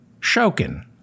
Shokin